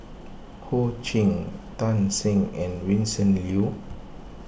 Ho Ching Tan Shen and Vincent Leow